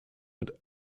with